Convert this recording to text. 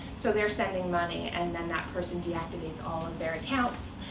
so they're sending money, and then that person deactivates all of their accounts,